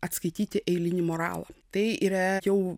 atskaityti eilinį moralą tai yra jau